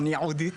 ייעודית.